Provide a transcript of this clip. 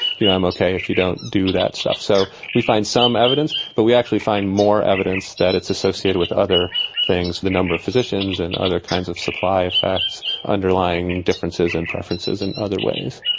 you know, i'm okay if you don't do that stuff. so, we find some evidence, but we actually find more evidence that it's associated with other things, the number of physicians and other kinds of supply effects underlying differences and preferences in other ways.